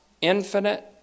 infinite